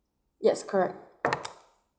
yes correct